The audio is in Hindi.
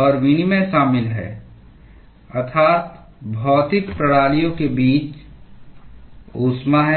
और विनिमय शामिल है अर्थात भौतिक प्रणालियों के बीच ऊष्मा है